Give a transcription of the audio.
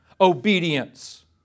obedience